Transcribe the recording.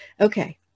Okay